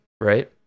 Right